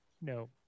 No